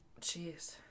Jeez